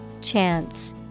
Chance